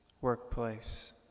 workplace